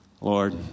Lord